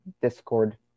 Discord